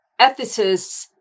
ethicists